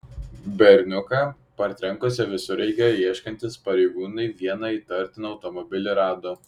berniuką partrenkusio visureigio ieškantys pareigūnai vieną įtartiną automobilį rado